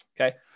Okay